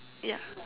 ya